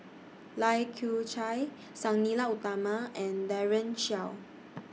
Lai Kew Chai Sang Nila Utama and Daren Shiau